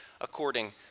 according